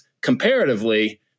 comparatively